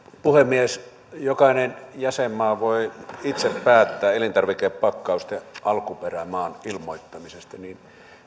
puhemies kun jokainen jäsenmaa voi itse päättää elintarvikepakkausten alkuperämaan ilmoittamisesta niin